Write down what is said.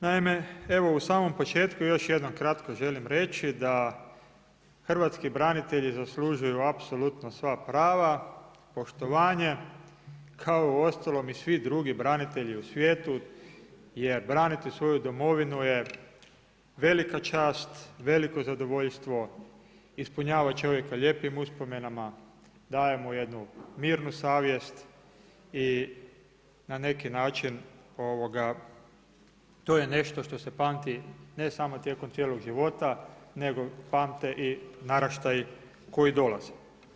Naime, evo u samom početku još jednom kratko želim reći, da hrvatski branitelji zaslužuju apsolutno sva prava, poštovanje, kao i uostalom svi drugi branitelji u svijetu, jer braniti svoju domovinu je velika čast, veliko zadovoljstvo, ispunjava čovjeka lijepim uspomenama, daje mu jednu mirnu savjest i na neki način, to je nešto što se pamti, ne samo tijekom cijelog života, nego pamte i naraštaji koji dolaze.